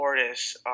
Portis